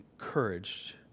encouraged